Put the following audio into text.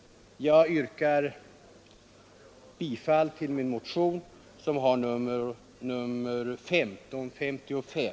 Jag yrkar bifall till min motion, som har nr 1555.